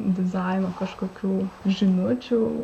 dizaino kažkokių žinučių